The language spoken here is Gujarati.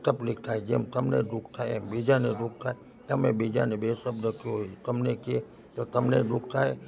તકલીફ થાય જેમ તમને દુઃખ થાય એમ બીજાને દુઃખ થાય તમે બીજાને બે શબ્દ કહો એ તમને કહે તો તમને દુઃખ થાય